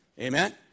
Amen